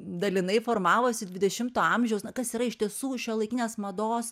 dalinai formavosi dvidešimto amžiaus na kas yra iš tiesų šiuolaikinės mados